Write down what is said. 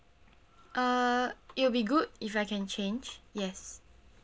uh it will be good if I can change yes